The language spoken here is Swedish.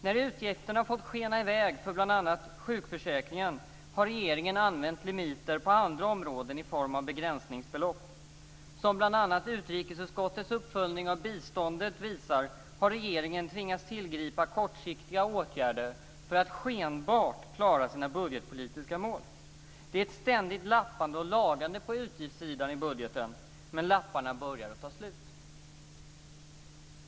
När utgifterna för bl.a. sjukförsäkringen har fått skena i väg har regeringen använt limiter på andra områden i form av begränsningsbelopp. Som bl.a. utrikesutskottets uppföljning av biståndet visar, har regeringen tvingats tillgripa kortsiktiga åtgärder för att skenbart klara sina budgetpolitiska mål. Det är ett ständigt lappande och lagande på utgiftssidan i budgeten, men lapparna börjar att ta slut.